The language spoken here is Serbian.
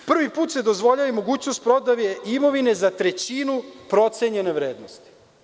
Prvi put se dozvoljava i mogućnost prodaje imovine za trećinu procenjene vrednosti.